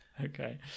Okay